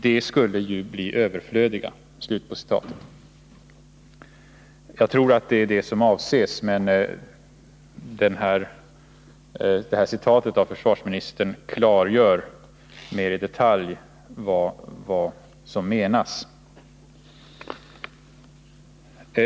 De skulle ju bli överflödiga.” Jag tror att det är det som avses, men det här citatet från försvarsministerns tal klargör mer i detalj vad som menas.